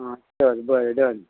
आं चल बरें डन